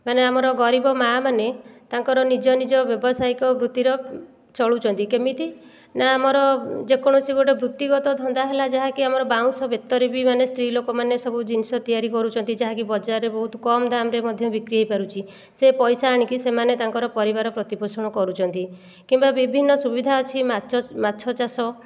ମାନେ ଆମର ଗରିବ ମାଆମାନେ ତାଙ୍କର ନିଜ ନିଜ ବ୍ୟବସାୟିକ ବୃତ୍ତିର ଚଳୁଛନ୍ତି କେମିତି ନା ଆମର ଯେକୌଣସି ଗୋଟେ ବୃତ୍ତିଗତ ଧନ୍ଦା ହେଲା ଯାହାକି ଆମର ବାଉଁଶ ବେତରେ ବି ମାନେ ସ୍ତ୍ରୀ ଲୋକମାନେ ସବୁ ଜିନିଷ ତିଆରି କରୁଛନ୍ତି ଯାହା କି ବଜାରରେ ବହୁତ କମ୍ ଦାମ୍ରେ ମଧ୍ୟ ବିକ୍ରି ହେଇପାରୁଛି ସେ ପଇସା ଆଣିକି ସେମାନେ ତାଙ୍କର ପରିବାର ପ୍ରତିପୋଷଣ କରୁଛନ୍ତି କିମ୍ବା ବିଭିନ୍ନ ସୁବିଧା ଅଛି ମାଛ ଚାଷ